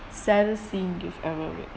saddest scene you've ever witnessed